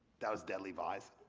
that was deadly vice.